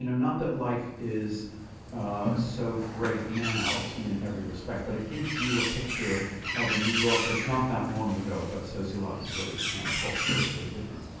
you know not that life is ah so great now in every respect, but it gives you a picture of a new york from not that long ago but sociologically and culturally very different